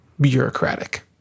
bureaucratic